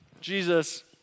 Jesus